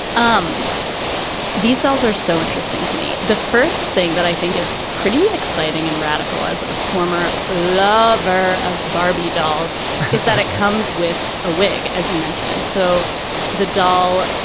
um these dolls are so interesting to me. the first thing that i think is pretty exciting and radical as a former lover of barbie dolls is that it comes with a wig. as you mentioned. so the doll.